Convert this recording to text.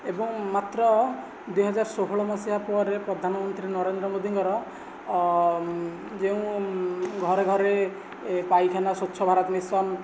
ଏବଂ ମାତ୍ର ଦୁଇ ହଜାର ଷୋହଳ ମସିହା ପରେ ପ୍ରଧାନ ମନ୍ତ୍ରୀ ନରେନ୍ଦ୍ର ମୋଦିଙ୍କର ଯେଉଁ ଘରେ ଘରେ ପାଇଖାନା ସ୍ୱଚ୍ଛ ଭାରତ ମିଶନ